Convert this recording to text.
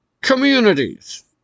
communities